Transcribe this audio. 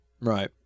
right